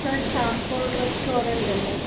അ charcoal restaurant അല്ലേ